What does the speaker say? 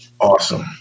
Awesome